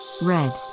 Red